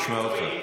ונשמע אותך.